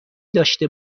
داشته